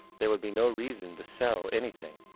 there would be no reason to sell anything.